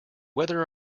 whether